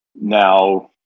now